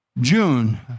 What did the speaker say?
June